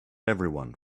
everyone